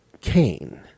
Cain